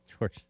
George